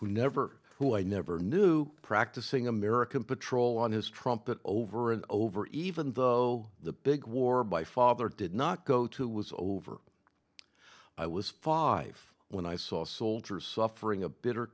who never who i never knew a practicing american patrol on his trumpet over and over even though the big war by father did not go to was over i was five when i saw soldiers suffering a bitter